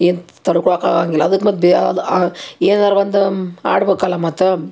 ಏನು ತಡಕೊಳಕ್ಕೆ ಆಗಂಗಿಲ್ಲ ಅದಕ್ಕೆ ಮತ್ತು ಏನಾರೂ ಒಂದು ಆಡ್ಬೇಕಲ್ಲ ಮತ್ತು